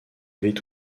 vieille